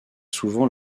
souvent